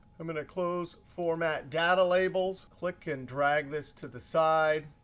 i'm going to close format, data labels. click and drag this to the side.